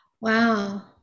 Wow